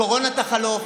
הקורונה תחלוף,